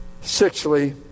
Sixthly